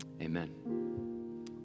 Amen